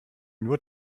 nur